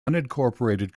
unincorporated